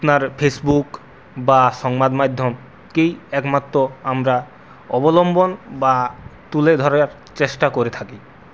আপনার ফেসবুক বা সংবাদমাধ্যমকেই একমাত্র আমরা অবলম্বন বা তুলে ধরার চেষ্টা করে থাকি